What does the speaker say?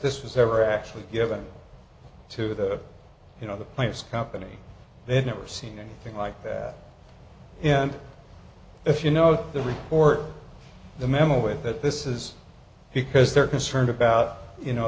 this was ever actually given to the you know the plaintiff's company they've never seen anything like that and if you know the report the memo way that this is because they're concerned about you know